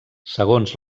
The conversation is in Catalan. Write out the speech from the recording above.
segons